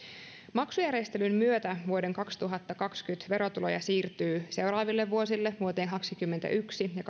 maksujärjestelyn myötä vuoden kaksituhattakaksikymmentä verotuloja siirtyy seuraaville vuosille eli vuoteen kaksikymmentäyksi ja